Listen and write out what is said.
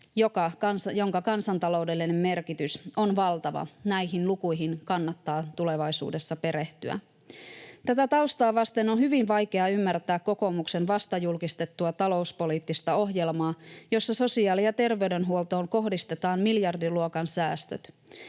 jonka kansantaloudellinen merkitys on valtava. Näihin lukuihin kannattaa tulevaisuudessa perehtyä. Tätä taustaa vasten on hyvin vaikea ymmärtää kokoomuksen vasta julkistettua talouspoliittista ohjelmaa, jossa sosiaali- ja terveydenhuoltoon kohdistetaan miljardiluokan säästöt.